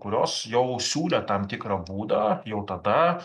kurios jau siūlė tam tikrą būdą jau tada